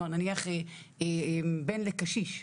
כלומר נניח בן לקשיש,